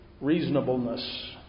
reasonableness